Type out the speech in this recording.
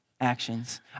actions